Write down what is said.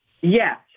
Yes